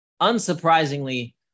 Unsurprisingly